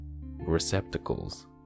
receptacles